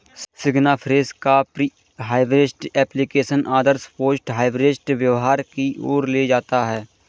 सिग्नाफ्रेश का pre harvest application आदर्श post harvest व्यवहार की ओर ले जाता है